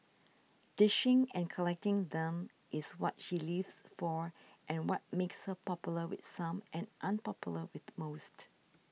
dishing and collecting them is what she lives for and what makes her popular with some and unpopular with most